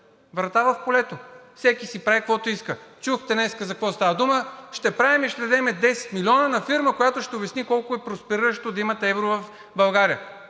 Врата в полето – всеки си прави каквото иска. Чухте днес за какво става дума – ще дадем 10 милиона на фирма, която ще обясни колко е проспериращо да имате евро в България.